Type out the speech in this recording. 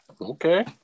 Okay